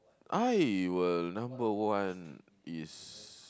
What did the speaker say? I will number one is